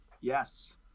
Yes